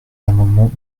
l’amendement